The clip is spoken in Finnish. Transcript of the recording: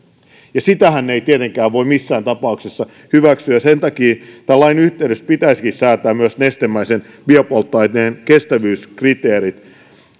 sitähän ei tietenkään voi missään tapauksessa hyväksyä ja sen takia tämän lain yhteydessä pitäisikin säätää myös nestemäisen biopolttoaineen kestävyyskriteerit